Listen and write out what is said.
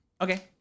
Okay